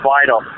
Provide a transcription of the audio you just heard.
Vital